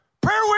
Prayer